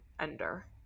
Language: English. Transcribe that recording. ender